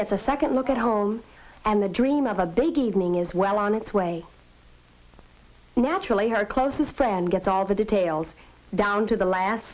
gets a second look at home and the dream of a big evening is well on its way naturally her closest friend gets all the details down to the last